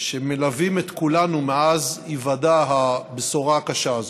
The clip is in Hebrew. שמלווים את כולנו מאז היוודע הבשורה הקשה הזאת.